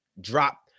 drop